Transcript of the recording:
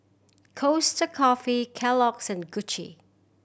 Costa Coffee Kellogg's and Gucci